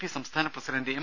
P സംസ്ഥാന president M